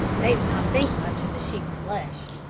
they did not think much of the sheep's flesh.